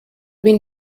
been